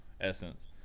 essence